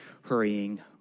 hurrying